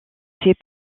fait